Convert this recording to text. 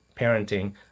parenting